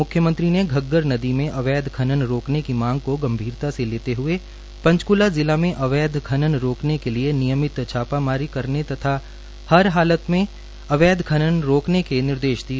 म्ख्यमंत्री ने घग्गर नदी में अवैध खनन रोकने की मांग को गंभीरता से लेते हए पंचक्ला जिला में अवैध खनन रोकने के लिए नियमित छापामारी करने तथा हर हालात में अवैध खनन रोकने के निर्देश दिए